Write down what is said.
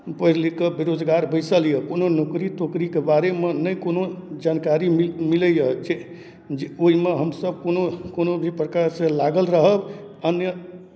पढ़ि लिखि कऽ बेरोजगार बैसल यए कोनो नौकरी तौकरीके बारेमे नहि कोनो जानकारी मिल मिलैए जे ओहिमे हमसभ कोनो कोनो भी प्रकारसँ लागल रहब अन्य